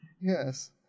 yes